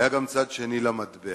היה גם צד שני למטבע.